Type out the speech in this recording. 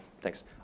thanks